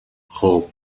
خوب